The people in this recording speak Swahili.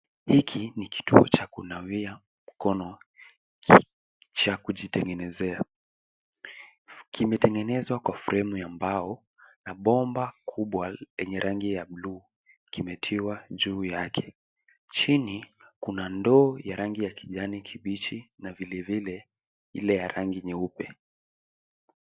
Hiki ni kituo cha kunawia mkono, cha kujitengenezia. Kimetengenezwa kwa fremu ya mbao na bomba kubwa enye rangi ya bluu umetiwa juu yake. Chini kuna ndoo ya rangi ya kijani kibichi na vilevile Ile ya rangi nyeupe.